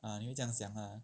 ah 会这样想 ah